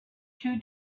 two